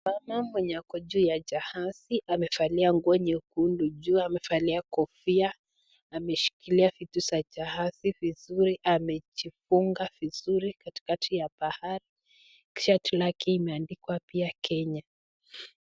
Mvlana mwenye ako juu ya jahazi amevalia nguo nyekeundu, juu amevalia kofia ameshikilia vitu za jahazi vizuri, amejifunga vizuri katikati ya bahari. Shati lake imeandikwa pia Kenya.